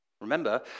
Remember